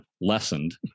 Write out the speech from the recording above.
lessened